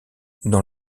dans